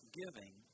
giving